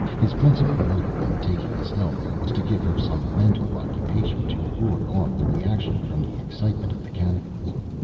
his principal motive in taking estelle there was to give her some mental occupation to ward off the reaction from the excitement of the cataclysm.